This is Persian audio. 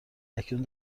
اکنون